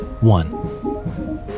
One